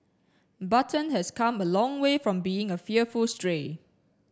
button has come a long way from being a fearful stray